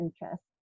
interest